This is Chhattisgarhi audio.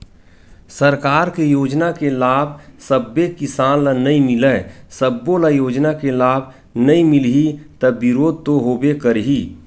सरकार के योजना के लाभ सब्बे किसान ल नइ मिलय, सब्बो ल योजना के लाभ नइ मिलही त बिरोध तो होबे करही